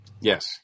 Yes